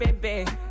baby